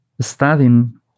studying